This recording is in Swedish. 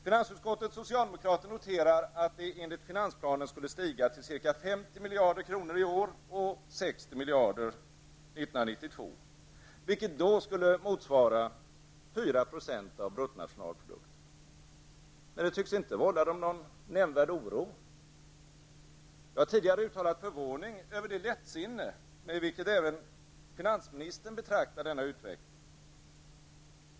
Finansutskottets socialdemokrater noterar att det enligt finansplanen skulle stiga till ca 50 miljarder kronor i år och 60 miljarder 1992, vilket då skulle motsvara 4 % av bruttonationalprodukten. Men det tycks inte vålla dem någon nämnvärd oro. Jag har tidigare uttalat förvåning över det lättsinne med vilket även finansministern betraktar denna utveckling.